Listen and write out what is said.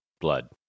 blood